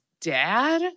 dad